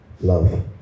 love